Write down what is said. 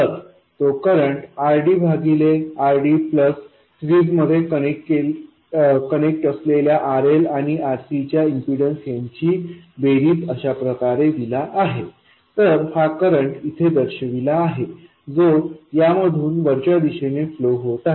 तर तो करंट RDभागिले RD प्लस सिरीज मध्ये कनेक्ट असलेल्या RLआणि C2च्या इम्पीडन्स यांची बेरीज अशा प्रकारे दिला आहे तर हा करंट इथे दर्शविला आहे जो यामधून वरच्या दिशेने फ्लो होत आहे